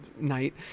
night